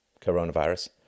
coronavirus